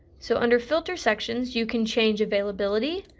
so under filter sections you can change availabily,